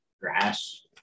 Grass